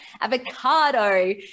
avocado